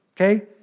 okay